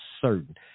certain